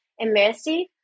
immersive